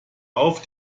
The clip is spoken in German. auf